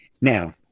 Now